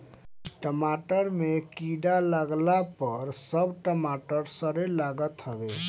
टमाटर में कीड़ा लागला पअ सब टमाटर सड़े लागत हवे